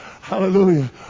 Hallelujah